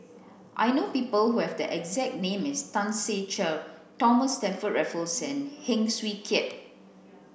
I know people who have the exact name as Tan Ser Cher Thomas Stamford Raffles and Heng Swee Keat